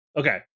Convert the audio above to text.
Okay